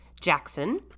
Jackson